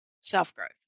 self-growth